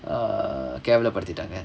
err கேவல படுத்தீட்டாங்க:kevala padutheettaanga